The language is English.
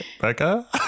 Becca